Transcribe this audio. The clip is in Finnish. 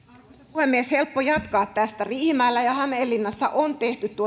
puhemies on helppo jatkaa tästä riihimäellä ja hämeenlinnassa on tehty